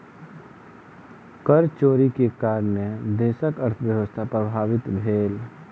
कर चोरी के कारणेँ देशक अर्थव्यवस्था प्रभावित भेल